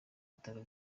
bitaro